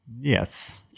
Yes